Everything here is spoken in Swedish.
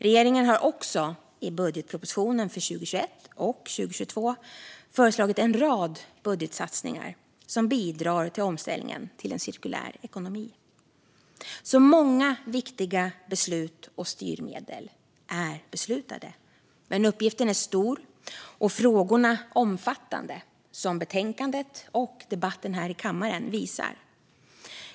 Regeringen har också i budgetpropositionen för 2021 och 2022 föreslagit en rad budgetsatsningar som bidrar till omställningen till en cirkulär ekonomi. Många viktiga beslut och styrmedel är alltså på plats, men som betänkandet och debatten här i kammaren visar är uppgiften stor och frågorna omfattande.